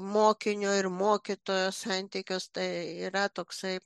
mokinio ir mokytojo santykius tai yra toksai